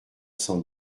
cent